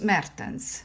Mertens